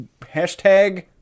Hashtag